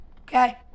Okay